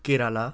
Kerala